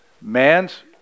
Man's